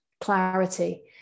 clarity